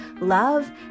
love